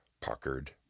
puckered